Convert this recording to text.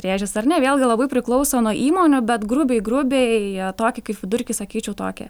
rėžis ar ne vėlgi labai priklauso nuo įmonių bet grubiai grubiai tokį kaip vidurkį sakyčiau tokia